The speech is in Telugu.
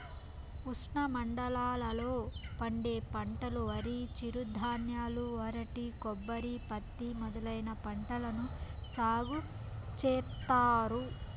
ఉష్ణమండలాల లో పండే పంటలువరి, చిరుధాన్యాలు, అరటి, కొబ్బరి, పత్తి మొదలైన పంటలను సాగు చేత్తారు